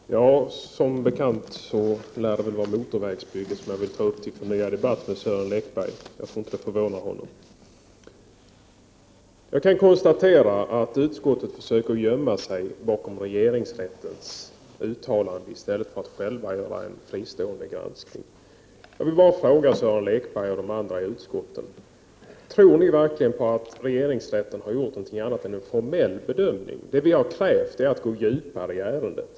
Fru talman! Som bekant är det frågan om motorvägsbygget som jag vill ta upp till ytterligare debatt med Sören Lekberg. Jag tror inte att detta förvånar honom. Jag kan konstatera att utskottet försöker gömma sig bakom regeringsrättens uttalande, i stället för att själv göra en fristående granskning. Jag vill fråga Sören Lekberg och de andra i utskottet: Tror ni verkligen att regeringsrätten har gjort något annat än en formell bedömning? Det vi i miljöpartiet har krävt är att man skall gå djupare i ärendet.